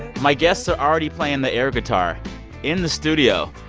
my guests are already playing the air guitar in the studio.